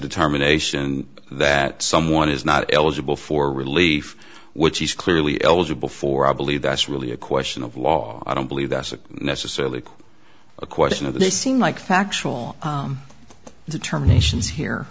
determination that someone is not eligible for relief which he's clearly eligible for i believe that's really a question of law i don't believe that's necessarily a question of they seem like factual determinations here